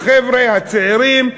החבר'ה הצעירים,